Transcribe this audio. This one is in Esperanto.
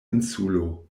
insulo